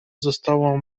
została